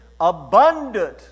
abundant